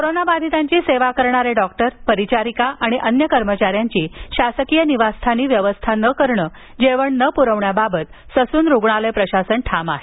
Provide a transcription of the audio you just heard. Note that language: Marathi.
कोरोनाबाधितांची सेवा करणारे डॉक्टर परिचारिका आणि अन्य कर्मचाऱ्यांची शासकीय निवासस्थानी व्यवस्था न करणं आणि जेवण न प्रवण्याबाबत सस्न रुग्णालय प्रशासन ठाम आहे